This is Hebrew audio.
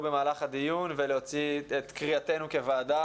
במהלך הדיון ולהוציא את קריאתנו כוועדה.